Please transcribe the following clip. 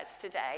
today